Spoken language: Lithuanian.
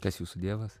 kas jus dievas